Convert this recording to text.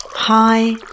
Hi